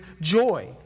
joy